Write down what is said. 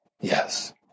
Yes